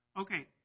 Okay